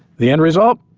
the end result?